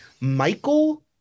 Michael